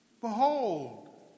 Behold